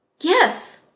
yes